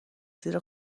زیر